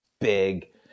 big